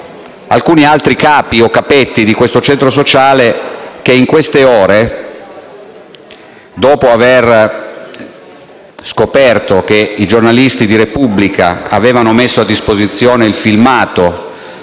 alcuni altri capi o capetti di questo centro sociale che in queste ore, dopo aver scoperto che i giornalisti de «la Repubblica» avevano messo a disposizione il filmato